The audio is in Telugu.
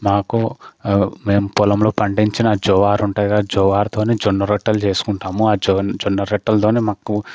మాకు మేము పొలంలో పండించిన జోవార్ ఉంటాయి కదా జోవార్తోనే జొన్న రొట్టెలు చేసుకుంటాము ఆ జొన్ జొన్న రొట్టలతోనే మాకు